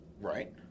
Right